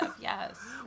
Yes